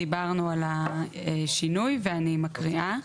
דיברנו על שינוי ואני מקריאה.